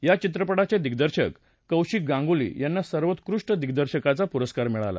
या चित्रपटाचे दिग्दर्शक कौशिक गांगुली यांना सर्वोत्कृष्ट दिग्दर्शकाचा पुरस्कार मिळाला